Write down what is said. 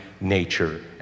nature